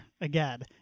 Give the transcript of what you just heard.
again